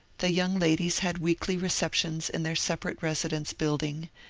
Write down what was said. the young ladies had weekly receptions in their separate residence building,